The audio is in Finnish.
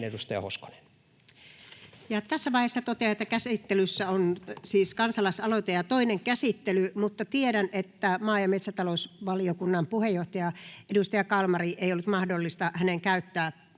13:12 Content: Ja tässä vaiheessa totean, että käsittelyssä on siis kansalais-aloite ja toinen käsittely, mutta tiedän, että maa- ja metsätalousvaliokunnan puheenjohtajan, edustaja Kalmarin ei ollut mahdollista käyttää